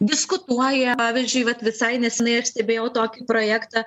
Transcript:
diskutuoja pavyzdžiui vat visai nesenai aš stebėjau tokį projektą